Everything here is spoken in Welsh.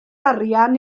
arian